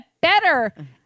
better